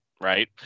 right